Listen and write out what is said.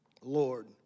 Lord